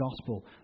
Gospel